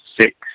six